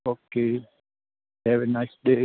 okay have a nice day